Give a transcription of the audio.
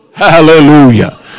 Hallelujah